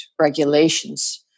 regulations